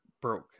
broke